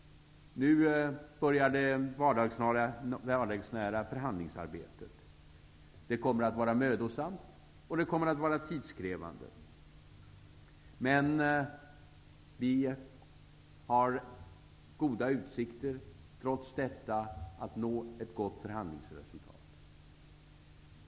Nu börjar det vardagsnära förhandlingsarbetet. Det kommer att vara mödosamt, och det kommer att vara tidskrävande. Men vi har goda utsikter, trots detta, att nå ett gott förhandlingsresultat.